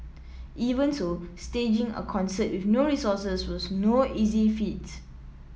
even so staging a concert with no resources was no easy feat